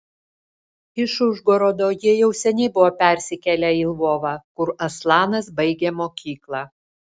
iš užgorodo jie jau seniai buvo persikėlę į lvovą kur aslanas baigė mokyklą